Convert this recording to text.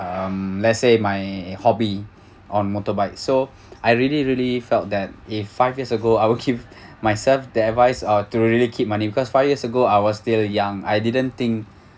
um let's say my hobby on motorbike so I really really felt that if five years ago I will give myself the advice are to really keep money because five years ago I was still young I didn't think